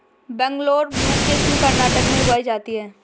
Bangalore blue किस्म कर्नाटक में उगाई जाती है